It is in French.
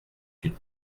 une